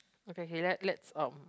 okay K let let's um